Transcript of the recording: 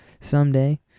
Someday